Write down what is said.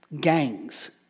gangs